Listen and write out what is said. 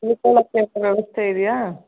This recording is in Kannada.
ಉಳ್ಕೊಳ್ಳೋಕ್ಕೆ ಏನು ವ್ಯವಸ್ಥೆ ಇದೆಯಾ